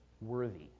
worthy